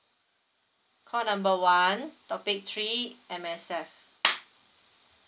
call number one topic three M_S_F